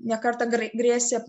ne kartą gra grėsė